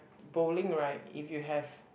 bowling right if you have